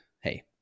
hey